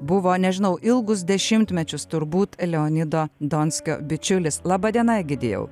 buvo nežinau ilgus dešimtmečius turbūt leonido donskio bičiulis laba diena egidijau